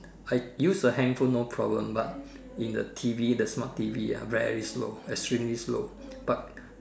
I use the handphone no problem but in the T_V the smart T_V ah very slow extremely slow but